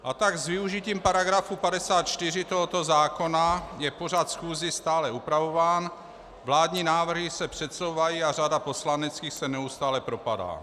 A tak s využitím § 54 tohoto zákona je pořad schůzí stále upravován, vládní návrhy se předsouvají a řada poslaneckých se neustále propadá.